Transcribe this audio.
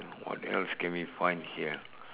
what else can we find here